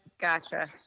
Gotcha